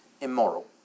immoral